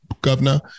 governor